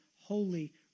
holy